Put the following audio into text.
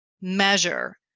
measure